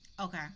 Okay